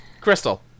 Crystal